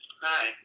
Hi